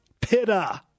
Pitta